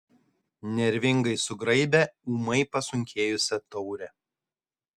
nervingai sugraibė ūmai pasunkėjusią taurę